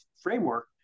framework